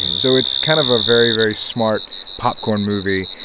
so it's kind of a very, very smart popcorn movie.